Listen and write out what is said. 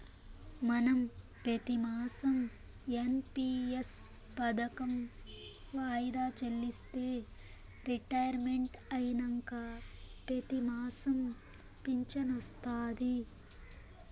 మనం పెతిమాసం ఎన్.పి.ఎస్ పదకం వాయిదా చెల్లిస్తే రిటైర్మెంట్ అయినంక పెతిమాసం ఫించనొస్తాది